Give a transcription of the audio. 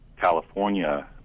California